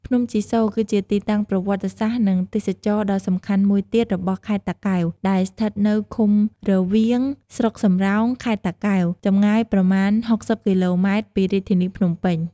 ភ្នំជីសូរ គឺជាទីតាំងប្រវត្តិសាស្ត្រ និងទេសចរណ៍ដ៏សំខាន់មួយទៀតរបស់ខេត្តតាកែវ ដែលស្ថិតនៅឃុំរវៀង ស្រុកសំរោង ខេត្តតាកែវ ចម្ងាយប្រមាណ ៦០ គីឡូម៉ែត្រពីរាជធានីភ្នំពេញ។